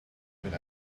been